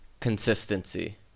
consistency